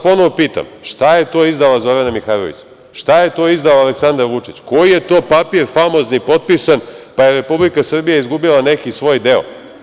Ponovo vas pitam - šta je to izdala Zorana Mihajlović, šta je to izdao Aleksandar Vučić, koji je to papri famozni potpisan pa je Republika Srbija izgubila neki svoj deo?